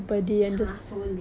!huh! so lame